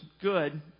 good